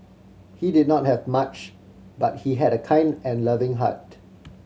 he did not have much but he had a kind and loving heart